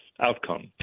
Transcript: outcome